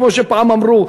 כמו שפעם אמרו,